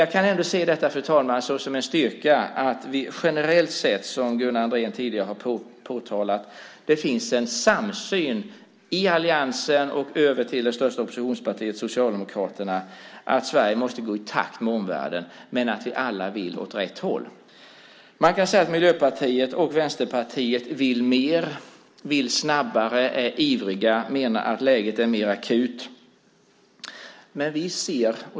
Jag kan ändå se det som en styrka att vi generellt sett, som Gunnar Andrén tidigare har påtalat, har en samsyn i alliansen och i det största oppositionspartiet Socialdemokraterna att Sverige måste gå i takt med omvärlden, men att vi alla vill åt rätt håll. Man kan säga att Miljöpartiet och Vänsterpartiet vill mer, vill snabbare och är ivriga och menar att läget är mer akut.